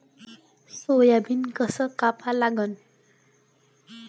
Soybean कस कापा लागन?